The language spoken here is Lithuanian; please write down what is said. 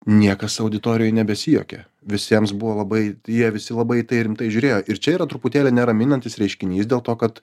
niekas auditorijoj nebesijuokė visiems buvo labai jie visi labai į tai rimtai žiūrėjo ir čia yra truputėlį neraminantis reiškinys dėl to kad